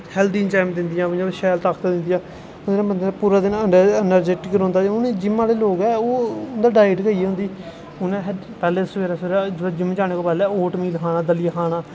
healthy enzyme दिदी ऐ शैल ताकत दिंदी ऐ इ'यां पूरा दिन बंदा इनर्जैटिक रौंह्दा जेह्ड़े जिम्म आह्ले लोग ऐ उं'दी डाईट गै इ'यै होंदी उ'नें पैह्लैं सवेरै सवेरै जिम्म जाने कोला पैह्लें होर मील खाना दलिया खाना